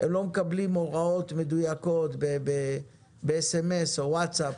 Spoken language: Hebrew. הם לא מקבלים הוראות מדויקות בסמ"ס או בווטסאפ